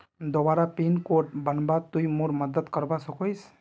दोबारा pin code बनवात तुई मोर मदद करवा सकोहिस?